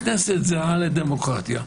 הכנסת זהה לדמוקרטיה.